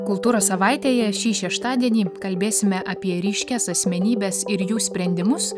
kultūros savaitėje šį šeštadienį kalbėsime apie ryškias asmenybes ir jų sprendimus